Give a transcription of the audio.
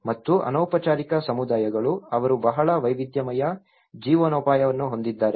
ಮತ್ತು ಅನೌಪಚಾರಿಕ ಸಮುದಾಯಗಳು ಅವರು ಬಹಳ ವೈವಿಧ್ಯಮಯ ಜೀವನೋಪಾಯವನ್ನು ಹೊಂದಿದ್ದಾರೆ